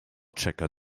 checker